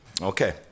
Okay